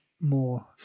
more